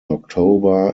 october